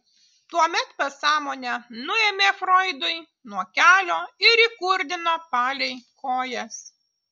tuomet pasąmonę nuėmė froidui nuo kelio ir įkurdino palei kojas